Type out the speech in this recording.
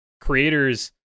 creators